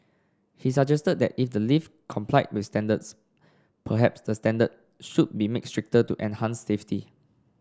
he suggested that if the lift complied with standards perhaps the standard should be made stricter to enhance safety